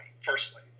firstly